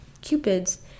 cupids